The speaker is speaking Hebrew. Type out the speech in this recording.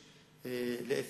להיפך,